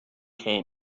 came